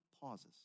pauses